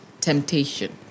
temptation